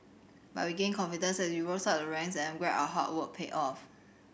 but we gained confidence as we rose up the ranks and I'm glad our hard work paid off